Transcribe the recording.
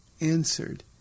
answered